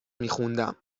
میخوندم